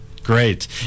Great